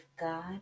God